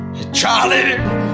Charlie